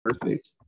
Perfect